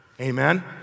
Amen